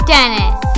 Dennis